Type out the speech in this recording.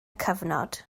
cyfnod